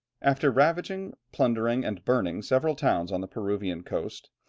after ravaging, plundering, and burning several towns on the peruvian coast,